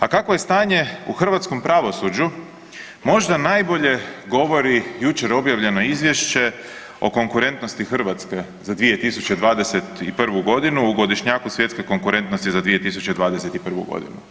A kakvo je stanje u hrvatskom pravosuđu možda najbolje govori jučer objavljeno izvješće o konkurentnosti Hrvatske za 2021.g. u Godišnjaku svjetske konkurentnosti za 2021.g.